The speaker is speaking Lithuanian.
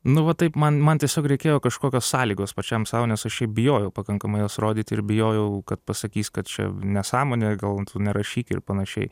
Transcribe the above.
nu va taip man man tiesiog reikėjo kažkokios sąlygos pačiam sau nes aš šiaip bijojau pakankamai juos rodyti ir bijojau kad pasakys kad čia nesąmonė gal tu nerašyk ir panašiai